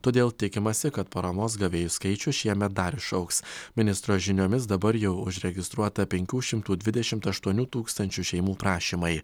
todėl tikimasi kad paramos gavėjų skaičius šiemet dar išaugs ministro žiniomis dabar jau užregistruota penkių šimtų dvidešimt aštuonių tūkstančių šeimų prašymai